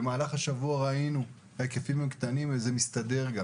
במהלך השבוע ראינו שההיקפים קטנים וזה מסתדר.